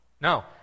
No